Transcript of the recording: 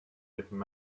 getting